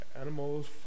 animals